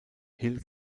hill